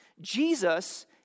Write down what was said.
Jesus